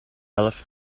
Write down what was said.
elf